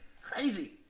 Crazy